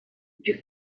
you